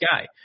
guy